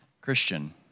Christian